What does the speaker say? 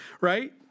right